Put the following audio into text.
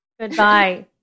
Goodbye